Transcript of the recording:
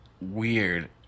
weird